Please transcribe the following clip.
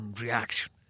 reaction